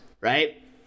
Right